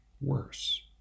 worse